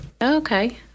Okay